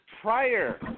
prior